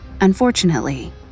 Unfortunately